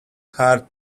hard